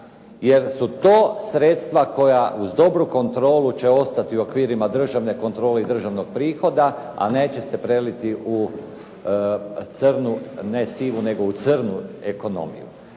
jer su to sredstva koja uz dobru kontrolu će ostati u okvirima državne kontrole i državnog prihoda, a neće se preliti u crnu, ne sivu, nego u crnu ekonomiju.